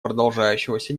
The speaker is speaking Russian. продолжающегося